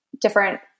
different